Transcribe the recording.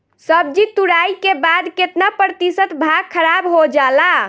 सब्जी तुराई के बाद केतना प्रतिशत भाग खराब हो जाला?